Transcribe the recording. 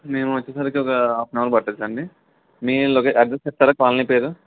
మేము వచ్చేసరికి ఒక హాఫ్న అవర్ పడుతుందండి మీ లొకే అడ్రస్ చెప్తారా కాలనీ పేరు